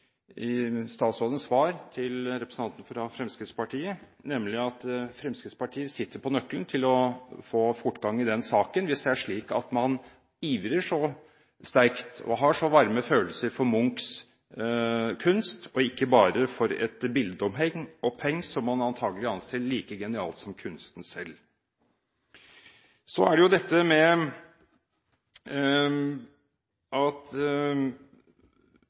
statsrådens svar til representanten fra Fremskrittspartiet, nemlig at Fremskrittspartiet sitter på nøkkelen til å få fortgang i den saken, hvis det er slik at man ivrer så sterkt og har så varme følelser for Munchs kunst, og ikke bare for et bildeoppheng som man antakelig anser like genialt som kunsten selv. Så er det dette med at